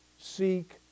Seek